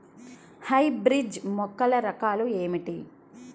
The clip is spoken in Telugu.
హైబ్రిడ్ మొక్కల రకాలు ఏమిటి?